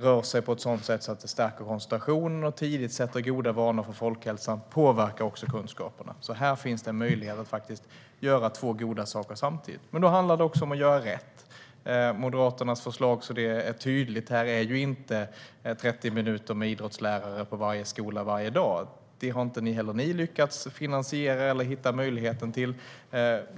rör sig på ett sådant sätt att det stärker koncentrationen och tidigt etablerar goda vanor för folkhälsan påverkar kunskaperna. Här finns en möjlighet att göra två goda saker samtidigt, men då gäller det att göra rätt. Moderaternas förslag - så att det är tydligt här - innebär ju inte 30 minuter med idrottslärare på varje skola varje dag. Inte heller ni har lyckats att finansiera eller hitta möjlighet till detta.